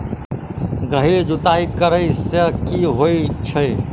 गहिर जुताई करैय सँ की होइ छै?